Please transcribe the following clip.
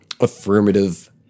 affirmative